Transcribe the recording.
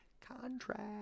contract